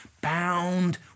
bound